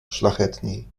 szlachetniej